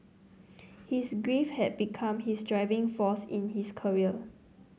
his grief had become his driving force in his career